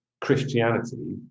Christianity